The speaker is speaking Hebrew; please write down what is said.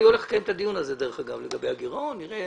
אני הולך לקיים את הדיון הזה לגבי הגירעון ונראה